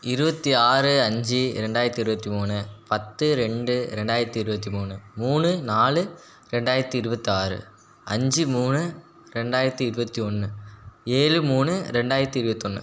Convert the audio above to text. இருபத்தி ஆறு அஞ்சு ரெண்டாயிரத்தி இருபத்தி மூணு பத்து ரெண்டு ரெண்டாயிரத்தி இருபத்தி மூணு மூணு நாலு ரெண்டாயிரத்தி இருபத்தாறு அஞ்சு மூணு ரெண்டாயிரத்தி இருபத்தி ஒன்று ஏழு மூணு ரெண்டாயிரத்தி இருபத்தொன்னு